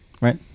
Right